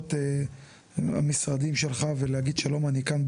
בדלתות המשרדים שלך ולהגיד שלום אני כאן,